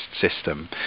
system